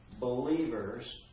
believers